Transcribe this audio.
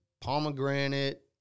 pomegranate